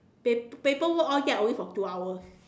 pa~ paper work all that only for two hours